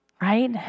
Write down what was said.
right